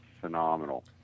phenomenal